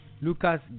Lucas